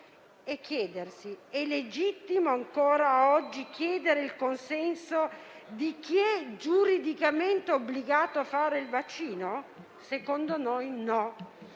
sia legittimo, ancora oggi, chiedere il consenso di chi è giuridicamente obbligato a fare il vaccino. Secondo noi non